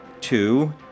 Two